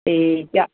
ਅਤੇ ਜਾ